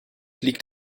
liegt